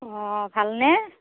অ ভালনে